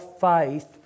faith